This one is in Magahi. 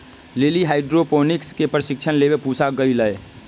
लिली हाइड्रोपोनिक्स के प्रशिक्षण लेवे पूसा गईलय